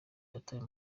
yatawe